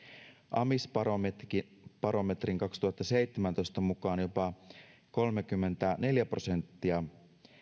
amisbarometrin kaksituhattaseitsemäntoista mukaan jopa kolmekymmentäneljä prosenttia